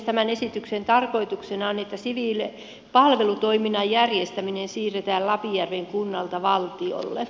tämän esityksen tarkoituksena on että palvelutoiminnan järjestäminen siirretään lapinjärven kunnalta valtiolle